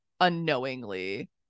unknowingly